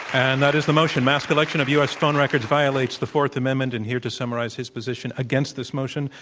and that is the motion mass collection of u. s. phone records violates the fourth amendment. and here to summarize his position against this position,